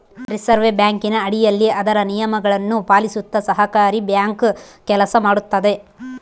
reserve ಬ್ಯಾಂಕಿನ ಅಡಿಯಲ್ಲಿ ಅದರ ನಿಯಮಗಳನ್ನು ಪಾಲಿಸುತ್ತ ಸಹಕಾರಿ ಬ್ಯಾಂಕ್ ಕೆಲಸ ಮಾಡುತ್ತದೆ